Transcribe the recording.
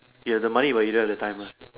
you have the money but you don't have the time lah